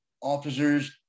officers